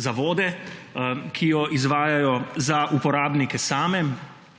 zavode, ki jo izvajajo, za uporabnike same